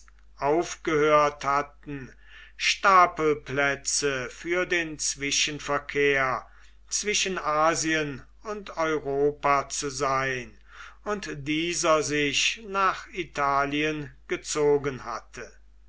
aufgehört hatten stapelplätze für den zwischenverkehr zwischen asien und europa zu sein und dieser sich nach italien gezogen hatte